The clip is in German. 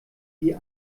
die